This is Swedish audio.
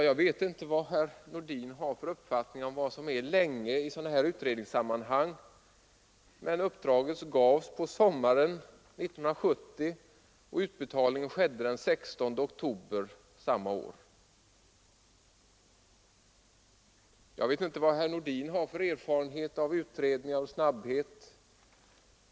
Jag vet inte vad herr Nordin har för uppfattning om vad som är länge i sådana här utredningssammanhang, men uppdraget gavs på 111 sommaren 1970 och utbetalningen skedde den 16 oktober samma år. Jag vet inte heller vad herr Nordin har för erfarenhet av utredningars snabbhet.